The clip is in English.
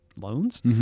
loans